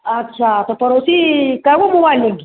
अच्छा तो पड़ोसी कै गो मोबाइल लेंगे